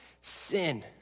sin